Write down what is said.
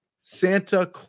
Santa